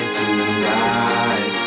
tonight